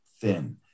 thin